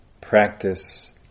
practice